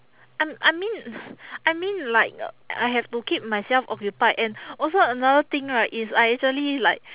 I I mean I mean like uh I have to keep myself occupied and also another thing right is I actually like